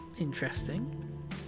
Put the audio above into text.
Interesting